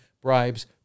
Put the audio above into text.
bribes